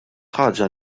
ħaġa